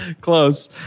close